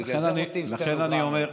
בגלל זה רוצים סטנוגרמה.